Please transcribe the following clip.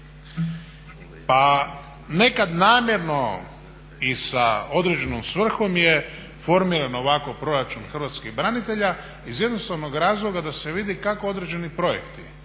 Pa nekad namjerno i sa određenom svrhom je formiran ovako proračun hrvatskih branitelja iz jednostavnog razloga da se vidi kako određeni projekti